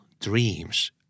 dreams